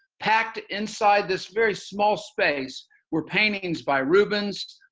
packed inside this very small space were paintings by rubens,